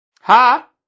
Ha